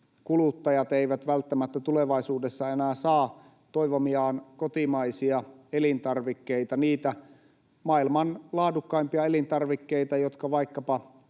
kuluttajat eivät välttämättä tulevaisuudessa enää saa toivomiaan kotimaisia elintarvikkeita, niitä maailman laadukkaimpia elintarvikkeita, jotka vaikkapa